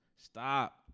Stop